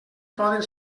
poden